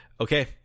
Okay